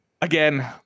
Again